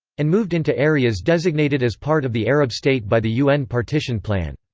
and moved into areas designated as part of the arab state by the un partition plan.